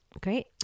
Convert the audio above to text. Great